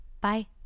Bye